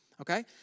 Okay